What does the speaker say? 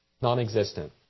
non-existent